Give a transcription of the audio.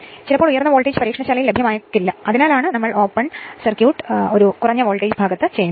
ചിലപ്പോൾ ഉയർന്ന വോൾട്ടേജ് പരീക്ഷണശാലയിൽ ലഭ്യമായേക്കില്ല അതിനാലാണ് ഞങ്ങൾ ഓപ്പൺ സർക്യൂട്ട് ലോ വോൾട്ടേജ് ഭാഗത്ത്നടത്തുന്നത്